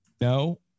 no